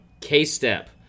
K-Step